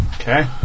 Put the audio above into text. Okay